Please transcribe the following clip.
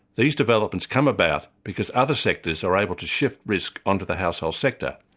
these developments come about because other sectors are able to shift risk onto the household sector.